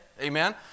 Amen